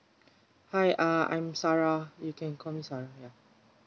hi um I'm sarah you can call me sarah ya